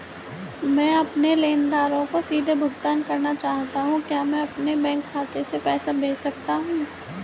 मैं अपने लेनदारों को सीधे भुगतान करना चाहता हूँ क्या मैं अपने बैंक खाते में पैसा भेज सकता हूँ?